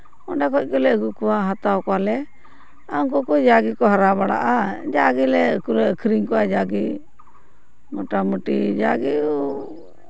ᱚᱸᱰᱮ ᱠᱷᱚᱱ ᱜᱮᱞᱮ ᱟᱹᱜᱩ ᱠᱚᱣᱟ ᱦᱟᱛᱟᱣ ᱠᱚᱣᱟᱞᱮ ᱩᱱᱠᱩ ᱠᱚ ᱡᱟᱜᱮ ᱠᱚ ᱦᱟᱨᱟᱣ ᱵᱟᱲᱟᱜᱼᱟ ᱡᱟ ᱜᱮᱞᱮ ᱦᱟᱹᱠᱩ ᱞᱮ ᱟᱹᱠᱷᱨᱤᱧ ᱠᱚᱣᱟ ᱡᱟᱜᱮ ᱢᱳᱴᱟᱢᱩᱴᱤ ᱡᱟᱜᱮ